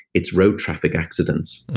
it's road traffic accidents.